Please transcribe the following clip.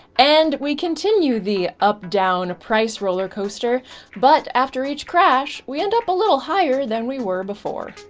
and we continue the up-down price roller coaster but after each crash we end up a little higher than we were before.